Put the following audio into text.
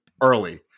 early